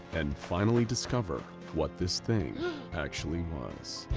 and finally discover what this thing actually was.